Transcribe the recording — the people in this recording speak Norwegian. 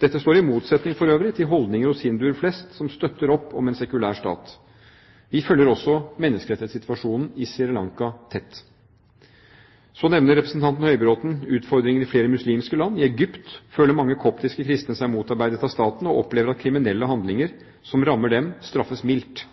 Dette står for øvrig i motsetning til holdninger hos hinduer flest, som støtter opp om en sekulær stat. Vi følger også menneskerettighetssituasjonen i Sri Lanka tett. Så nevner representanten Høybråten utfordringer i flere muslimske land. I Egypt føler mange koptisk kristne seg motarbeidet av staten, og opplever at kriminelle handlinger som rammer dem, straffes mildt.